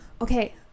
okay